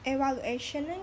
Evaluation